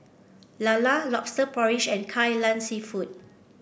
lala lobster porridge and Kai Lan seafood